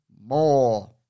more